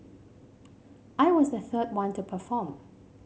I was the third one to perform